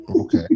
Okay